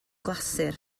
glasur